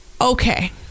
Okay